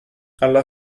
alla